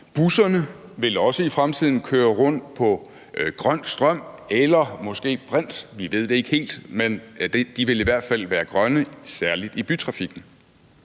Busserne vil også i fremtiden køre rundt på grøn strøm eller måske brint – vi ved det ikke helt, men de vil i hvert fald være grønne, særlig i bytrafikken.